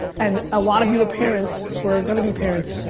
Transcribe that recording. and a lot of you are parents, or are gonna be parents.